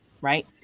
right